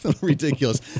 ridiculous